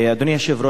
כבוד השר,